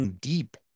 deep